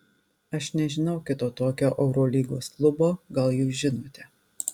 aš nežinau kito tokio eurolygos klubo gal jūs žinote